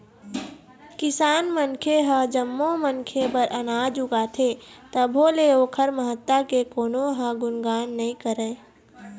किसान मनखे ह जम्मो मनखे बर अनाज उगाथे तभो ले ओखर महत्ता के कोनो ह गुनगान नइ करय